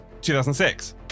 2006